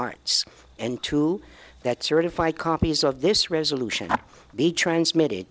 arts and to that certified copies of this resolution be transmitted